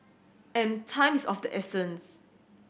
and time is of the essence